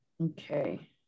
okay